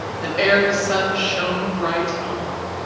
that e'er the sun shone bright on.